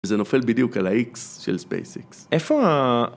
זה נופל בדיוק על האיקס של SpaceX איפה ה...